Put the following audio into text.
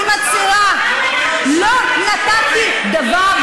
אני מצהירה: לא נתתי דבר.